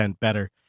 better